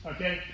Okay